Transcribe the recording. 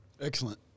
Excellent